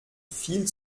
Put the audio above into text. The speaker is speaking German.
viel